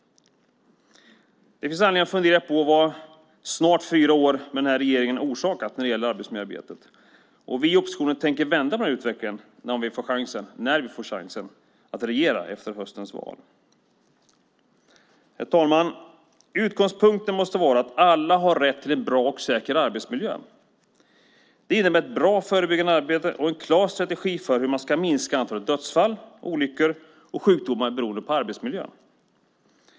Det finns anledning att fundera på vad snart fyra år med den här regeringen orsakat när det gäller arbetsmiljöarbetet. Vi i oppositionen tänker vända på utvecklingen när vi får chansen att regera efter höstens val. Herr talman! Utgångspunkten måste vara att alla har rätt till en bra och säker arbetsmiljö. Det innebär ett bra förebyggande arbete och en klar strategi för hur man ska minska antalet dödsfall, olyckor och sjukdomar som beror på arbetsmiljön.